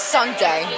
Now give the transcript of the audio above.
Sunday